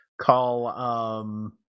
call